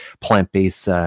plant-based